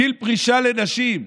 גיל פרישה לנשים,